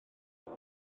beth